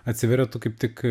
atsiveria tu kaip tik